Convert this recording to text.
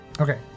Okay